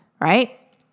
Right